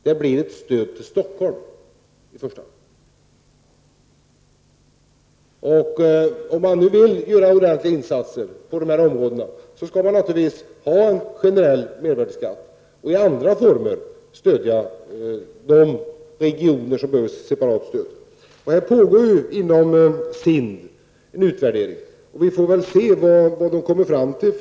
Det blir ett stöd för i första hand Stockholm. Vill man göra ordentliga insatser på dessa områden skall man naturligtvis ha en generell mervärdeskatt, men i andra former stödja de regioner som behöver separat stöd. Inom SIND pågår det ju en utvärdering, och vi får väl se vilket förslag SIND kommer fram till.